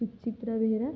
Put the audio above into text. Suchitra Behera